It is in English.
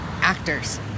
actors